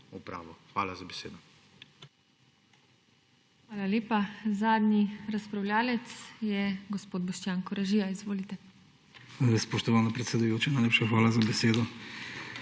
Hvala za besedo.